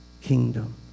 kingdom